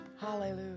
Hallelujah